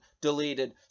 deleted